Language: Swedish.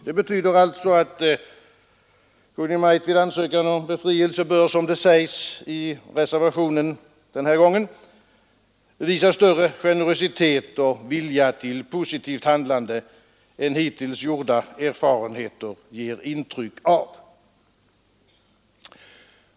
Det betyder att Kungl. Maj:t vid ansökan om befrielse bör, som det sägs i reservationen den här gången, ”visa en större generositet och vilja till positivt handlande än hittills gjorda erfarenheter ger intryck av”.